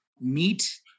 Meet